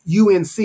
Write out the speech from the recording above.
UNC